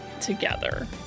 together